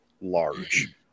large